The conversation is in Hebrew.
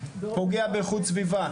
פוגע באיכות סביבה,